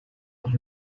noch